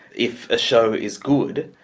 if a show is good,